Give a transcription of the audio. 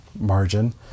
margin